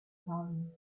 zahlen